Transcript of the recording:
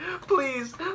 Please